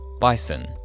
Bison